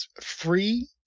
free